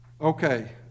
Okay